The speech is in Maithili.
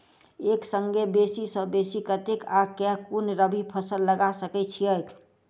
एक संगे बेसी सऽ बेसी कतेक आ केँ कुन रबी फसल लगा सकै छियैक?